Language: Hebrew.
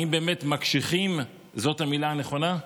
האם באמת "מקשיחים" זאת המילה הנכונה?